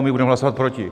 My budeme hlasovat proti.